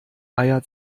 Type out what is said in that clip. eier